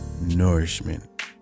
nourishment